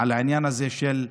לעניין הזה של,